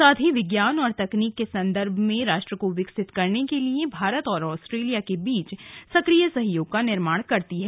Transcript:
साथ ही विज्ञान और तकनीकी के संदर्भ में राष्ट्र को विकसित करने के लिए भारत और ऑस्ट्रेलिया के बीच सक्रिय सहयोग का निर्माण करती है